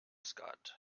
skat